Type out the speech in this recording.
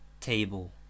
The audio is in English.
table